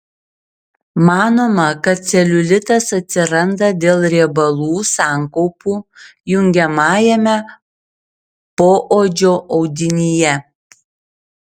manoma kad celiulitas atsiranda dėl riebalų sankaupų jungiamajame poodžio audinyje